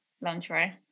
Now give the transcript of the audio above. Lingerie